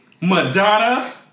Madonna